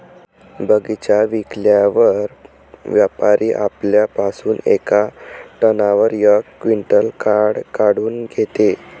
बगीचा विकल्यावर व्यापारी आपल्या पासुन येका टनावर यक क्विंटल काट काऊन घेते?